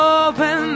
open